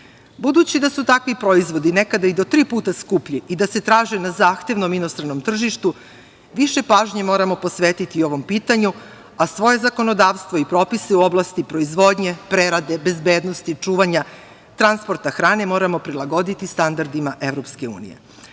da su takvi proizvodi nekada i do tri puta skuplji i da se traže na zahtevnom inostranom tržištu više pažnje moramo posvetiti ovom pitanju, a svoje zakonodavstvo i propise u oblasti proizvodnje, prerade, bezbednosti, čuvanja, transporta hrane moramo prilagoditi standardima EU.